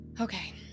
Okay